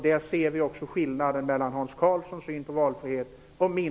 Där ser man skillnaden mellan Hans Karlssons syn på valfrihet och min.